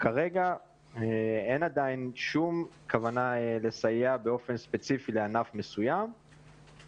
כרגע אין עדיין שום כוונה לסייע באופן ספציפי לענף מסוים.